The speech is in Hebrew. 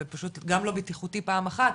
זה פשוט גם לא בטיחותי פעם אחת,